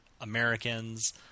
Americans